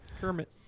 Kermit